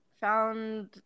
found